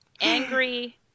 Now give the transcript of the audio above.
angry